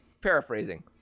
paraphrasing